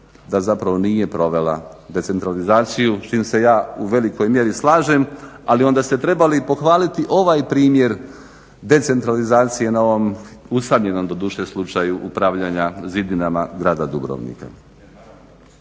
da zapravo nije provela decentralizaciju s čim se ja u velikoj mjeri slažem ali onda ste trebali pohvaliti ovaj primjer decentralizacije na ovom usamljenom doduše slučaju upravljanja zidinama grada Dubrovnika.